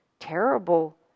terrible